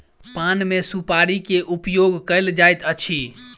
पान मे सुपाड़ी के उपयोग कयल जाइत अछि